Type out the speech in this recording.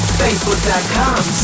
facebook.com